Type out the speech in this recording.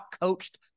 coached